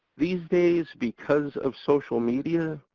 these days because of social media,